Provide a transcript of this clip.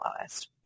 lowest